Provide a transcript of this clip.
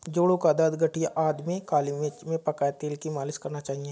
जोड़ों का दर्द, गठिया आदि में काली मिर्च में पकाए तेल की मालिश करना चाहिए